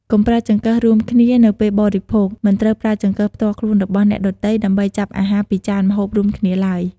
កុំប្រើចង្កឹះរួមគ្នានៅពេលបរិភោគ មិនត្រូវប្រើចង្កឹះផ្ទាល់ខ្លួនរបស់អ្នកដទៃ ដើម្បីចាប់អាហារពីចានម្ហូបរួមគ្នាឡើយ។